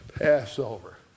Passover